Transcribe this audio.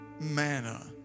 manna